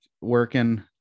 working